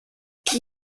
qui